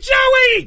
Joey